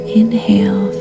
inhale